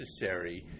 necessary